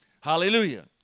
Hallelujah